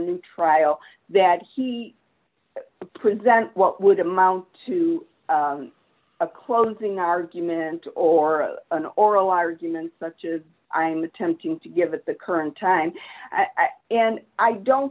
new trial that he presented what would amount to a closing argument or an oral arguments such as i am attempting to give at the current time and i don't